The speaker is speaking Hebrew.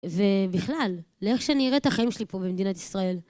ובכלל, לאיך שאני אראה את החיים שלי פה במדינת ישראל.